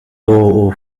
role